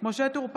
משה טור פז,